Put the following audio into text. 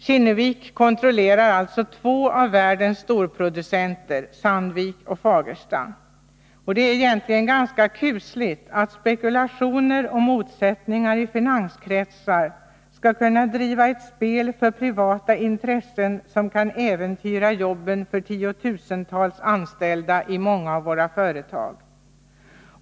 Kinnevik kontrollerar alltså två av världens storproducenter, Sandvik och Fagersta. Det är egentligen ganska kusligt att spekulationer och motsättningar i finanskretsar skall kunna driva ett spel för privata intressen som kan äventyra jobben för tiotusentals anställda i många av våra företag.